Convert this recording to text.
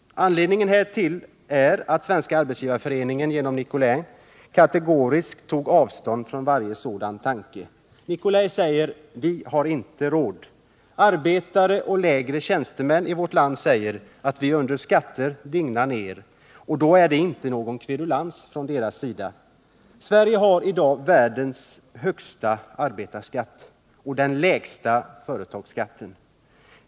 Anledningen härtill är att Svenska arbetsgivareföreningen genom Nicolin kategoriskt tog avstånd från varje sådan tanke. Nicolin säger: ”Vi har inte råd.” Arbetare och lägre tjänsteman i vårt land säger: ” Vi under skatter dignar ner.” Och det är inte någon kverulans från deras sida. Sverige har i dag världens högsta arbetarskatt och den lägsta företagsskatten.